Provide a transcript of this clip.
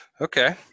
Okay